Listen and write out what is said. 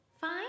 fine